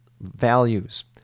values